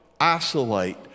isolate